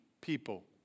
People